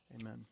Amen